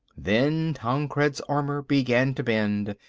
then tancred's armour began to bend,